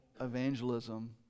evangelism